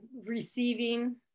receiving